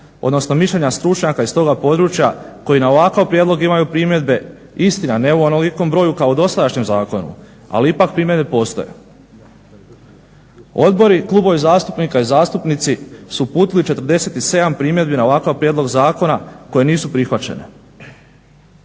odnosno mišljenja stručnjaka iz toga područja, koji na ovakav prijedlog imaju primjedbe. Istina, ne u onolikom broju kao u dosadašnjem zakonu, ali ipak primjedbe postoje. Odbori, klubovi zastupnika i zastupnici su uputili 47 primjedbi na ovakav prijedlog zakona koje nisu prihvaćene.